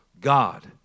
God